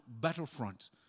battlefront